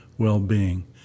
well-being